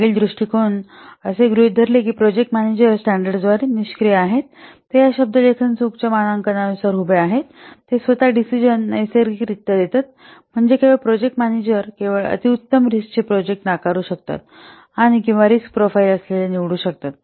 मागील दृष्टिकोन असे गृहित धरले की प्रोजेक्ट मॅनेजर स्टँडर्सद्वारे निष्क्रीय आहेत ते या शब्दलेखन चूकच्या मानकांनुसार उभे आहेत ते स्वतः चे डिसिजन नेसर्गिक रित्या देतात म्हणजे केवळ प्रोजेक्ट मॅनेजर केवळ अतिउत्तम रिस्क चे प्रोजेक्ट नाकारू शकतात किंवा रिस्क प्रोफाइल असलेले निवडू शकतात